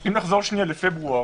אם נחזור בדמיון שלנו לפברואר,